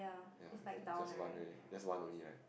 ya it just one only it just one only right